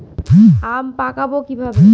আম পাকাবো কিভাবে?